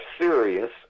serious